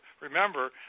remember